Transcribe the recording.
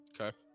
Okay